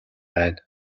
байна